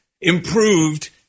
improved